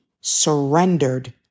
surrendered